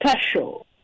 special